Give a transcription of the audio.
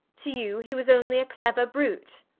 to you, he was only a clever brute.